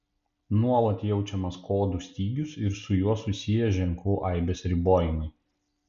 nuolat jaučiamas kodų stygius ir su juo susiję ženklų aibės ribojimai